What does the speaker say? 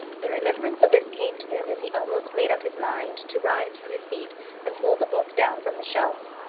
the remembrance of this came to him as he almost made up his mind to rise from his seat and pull the book down from the shelf.